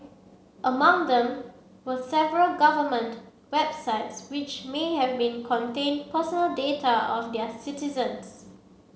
among them were several government websites which may have been contained personal data of their citizens